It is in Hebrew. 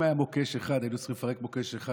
אם היה מוקש אחד היינו צריכים לפרק מוקש אחד.